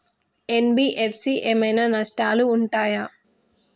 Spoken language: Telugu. ఎన్.బి.ఎఫ్.సి ఏమైనా నష్టాలు ఉంటయా?